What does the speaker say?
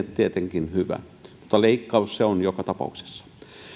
tietenkin hyvä mutta leikkaus se on joka tapauksessa